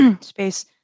space